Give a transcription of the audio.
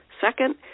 Second